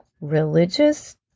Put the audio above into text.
religious